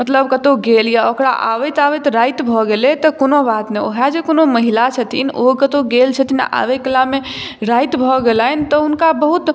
मतलब कतौ गेल यऽ ओकरा आबैत आबैत राति भऽ गेलै तऽ कोनो बात नहि वहए जे कोनो महिला छथिन ओ कतौ गेल छथिन आबै कलामे राति भऽ गेलनि तऽ हुनका बहुत